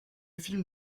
film